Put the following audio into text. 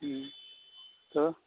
ہوں تو